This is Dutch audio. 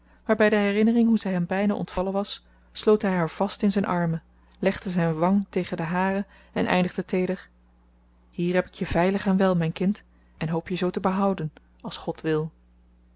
bij de herinnering hoe zij hem bijna ontvallen was sloot hij haar vast in zijn armen legde zijn wang tegen de hare en eindigde teeder hier heb ik je veilig en wel mijn kind en hoop je zoo te behouden als god wil